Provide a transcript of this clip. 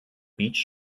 beach